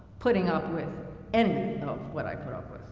putting up with any of what i put up